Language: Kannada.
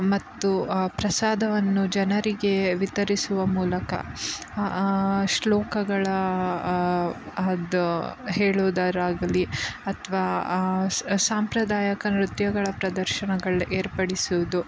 ಮತ್ತು ಆ ಪ್ರಸಾದವನ್ನು ಜನರಿಗೆ ವಿತರಿಸುವ ಮೂಲಕ ಶ್ಲೋಕಗಳ ಅದು ಹೇಳುವುದರಾಗಲೀ ಅಥ್ವಾ ಆ ಸಾಂಪ್ರದಾಯಕ ನೃತ್ಯಗಳ ಪ್ರದರ್ಶನಗಳ ಏರ್ಪಡಿಸುವುದು